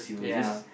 ya